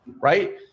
right